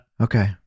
Okay